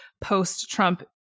post-Trump